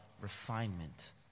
refinement